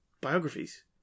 biographies